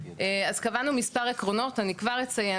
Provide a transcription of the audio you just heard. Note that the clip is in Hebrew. אז קבענו מספר עקרונות אני כבר אציין,